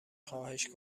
خواهش